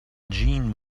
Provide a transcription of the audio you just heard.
jean